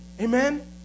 amen